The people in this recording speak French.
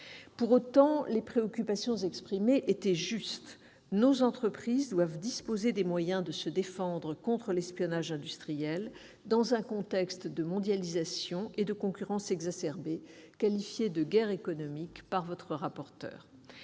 Pour autant, les préoccupations exprimées étaient justes : nos entreprises doivent disposer des moyens de se défendre contre l'espionnage industriel, dans un contexte de mondialisation et de concurrence exacerbée, qualifiée de « guerre économique » par votre rapporteur.